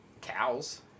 cows